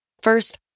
First